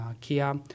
Kia